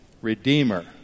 redeemer